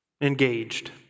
engaged